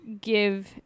give